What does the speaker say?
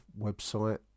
website